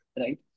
right